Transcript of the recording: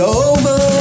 over